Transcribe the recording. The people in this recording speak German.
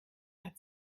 hat